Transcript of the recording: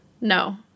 No